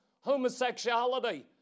homosexuality